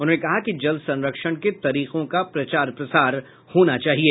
उन्होंने कहा कि जल संरक्षण के तरीकों का प्रचार प्रसार होना चाहिए